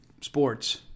sports